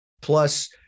plus